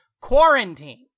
quarantine